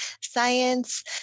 Science